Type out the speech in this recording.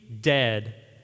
dead